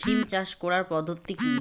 সিম চাষ করার পদ্ধতি কী?